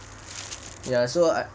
ya so